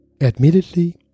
Admittedly